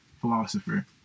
philosopher